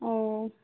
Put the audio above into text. ও